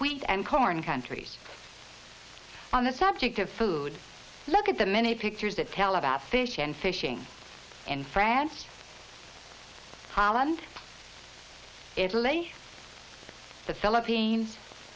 wheat and corn countries on the subject of food look at the many pictures that tell about fish and fishing in france holland is really the philippines